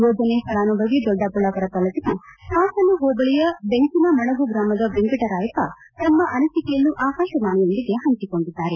ಯೋಜನೆ ಫಲಾನುಭವಿ ದೊಡ್ಡಬಳ್ಳಾಮರ ತಾಲ್ಲೂಕಿನ ಸಾಸಲು ಹೋಬಳಿಯ ಬೆಂಚಿನ ಮಡಗು ಗ್ರಾಮದ ವೆಂಕಟರಾಯಪ್ಪ ತಮ್ಮ ಅನಿಸಿಕೆಯನ್ನು ಆಕಾಶವಾಣಿಯೊಂದಿಗೆ ಪಂಚಿಕೊಂಡಿದ್ದಾರೆ